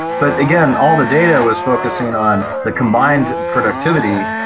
but again all the data was focussing on the combined productivity,